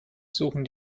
suchen